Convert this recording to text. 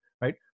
right